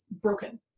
broken